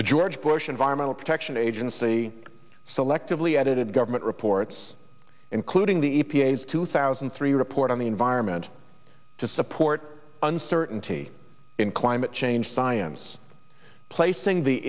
the george bush environmental protection agency selectively edited government reports including the e p a s two thousand and three report on the environment to support uncertainty in climate change science placing the